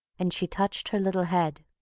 and she touched her little head.